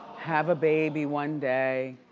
have a baby one day.